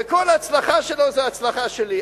וכל הצלחה שלו זה הצלחה שלי.